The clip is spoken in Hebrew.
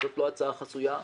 זאת לא הצעה חסויה.